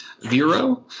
Vero